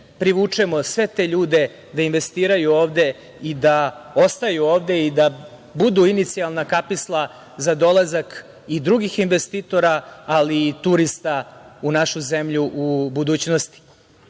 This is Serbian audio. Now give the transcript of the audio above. privučemo sve te ljude da investiraju ovde, da ostaju ovde i da budu inicijalna kapisla za dolazak i drugih investitora, ali i turista, u našu zemlju u budućnosti. Možete